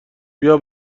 بیا